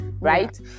right